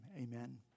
amen